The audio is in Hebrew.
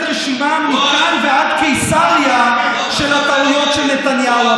רשימה מכאן ועד קיסריה של הטעויות של נתניהו.